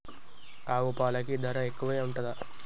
ఆవు పాలకి ధర ఎక్కువే ఉంటదా?